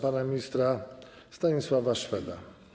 pana ministra Stanisława Szweda.